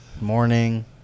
Morning